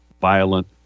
violent